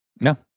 No